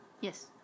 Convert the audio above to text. yes